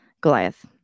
Goliath